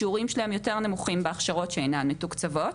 שיעורים שלהם יותר נמוכים בהכשרות שאינן מתוקצבות.